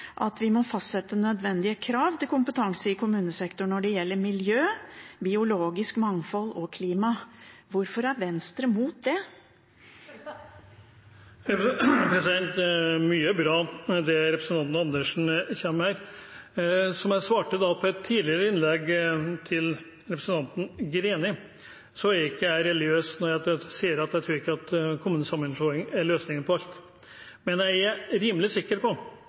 at vi må fastsette nødvendige krav til kompetanse i kommunesektoren når det gjelder miljø, biologisk mangfold og klima. Hvorfor er Venstre mot det? Mye er bra i det representanten Andersen kommer med her. Som jeg tidligere svarte representanten Greni, er jeg ikke religiøs når jeg sier at jeg ikke tror at kommunesammenslåing er løsningen på alt. Men jeg er rimelig sikker på